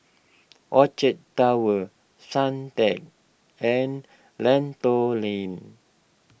Orchard Towers Suntec and Lentor Lane